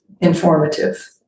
informative